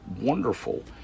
wonderful